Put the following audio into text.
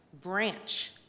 branch